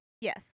Yes